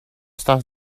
stuff